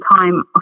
time